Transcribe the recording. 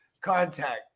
contact